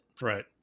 Right